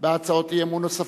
בהצעות אי-אמון נוספות.